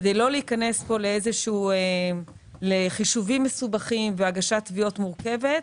כדי לא להיכנס לחישובים מסובכים והגשת תביעות מורכבת,